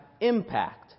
impact